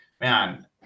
man